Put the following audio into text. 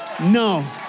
No